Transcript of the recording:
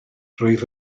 rwyf